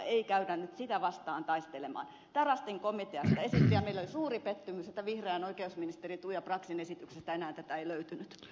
tarastin komitea sitä esitti ja meille oli suuri pettymys että vihreän oikeusministerin tuija braxin esityksestä enää tätä ei löytynyt